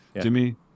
Jimmy